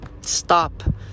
Stop